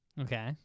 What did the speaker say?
okay